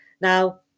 Now